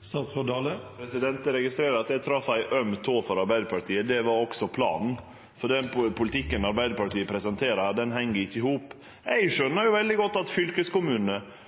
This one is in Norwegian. Eg registrerer at eg trefte ei øm tå hos Arbeidarpartiet – det var også planen. Den politikken Arbeidarpartiet presenterer her, heng ikkje i hop.